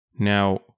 Now